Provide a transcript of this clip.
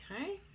Okay